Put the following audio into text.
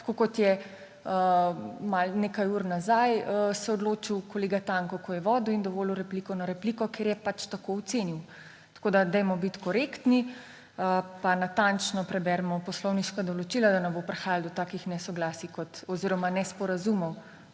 tako kot se je nekaj ur nazaj odločil kolega Tanko, ko je vodil in dovolil repliko na repliko, ker je pač tako ocenil. Bodimo korektni pa natančno preberimo poslovniška določila, da ne bo prihajalo do takih nesoglasij oziroma nesporazumov,